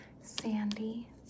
Sandy